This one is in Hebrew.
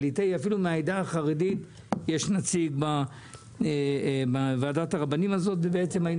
הליטאי ואפילו מהעדה החרדית יש נציג בוועדת הרבנים הזאת והינו